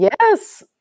Yes